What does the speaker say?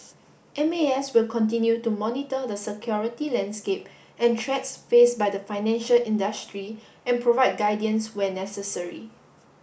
M A S will continue to monitor the security landscape and threats faced by the financial industry and provide guidance where necessary